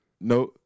No